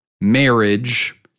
marriage